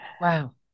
Wow